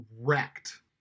wrecked